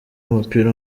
w’umupira